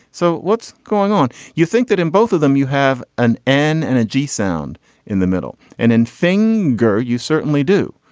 so what's going on. you think that in both of them you have an n and a g sound in the middle and in finger. you certainly do.